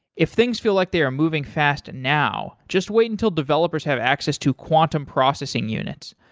if things feel like they are moving fast now, just wait until developers have access to quantum processing units.